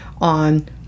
on